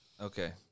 Okay